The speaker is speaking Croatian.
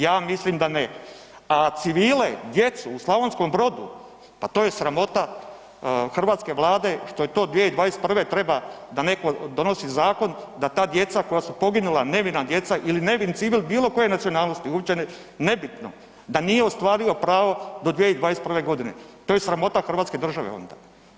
Ja mislim da ne, a civile, djecu u Slavonskom Brodu, pa to je sramota hrvatske Vlade što je to 2021. treba da netko donosi zakon da ta djeca koja su poginula, nevina djeca ili nevini civil bilo koje nacionalnosti, uopće nebitno, da nije ostvario pravo do 2021. g. To je sramota hrvatske države onda.